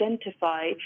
identify